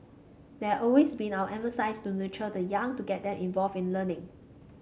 they always been our emphasis to nurture the young to get them involved in learning